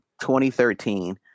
2013